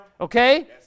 Okay